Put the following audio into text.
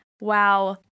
wow